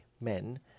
men